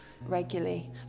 regularly